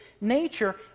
nature